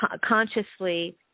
consciously